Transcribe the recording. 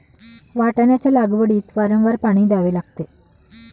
वाटाण्याच्या लागवडीत वारंवार पाणी द्यावे लागते